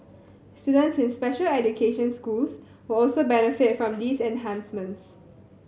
students in special education schools will also benefit from these enhancements